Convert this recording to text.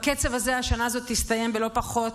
בקצב הזה השנה הזאת תסתיים בלא פחות,